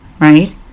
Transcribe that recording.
right